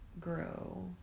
grow